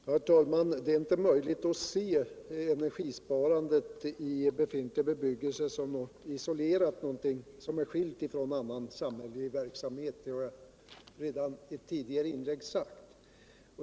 Herr talman! Det är inte möjligt att se energisparandet i befintlig bebyggelse som något isolerat, något som är skilt från annan samhällelig verksamhet, det har jag redan i ett tidigare inlägg sagt.